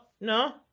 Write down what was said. no